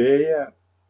beje